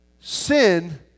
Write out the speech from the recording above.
sin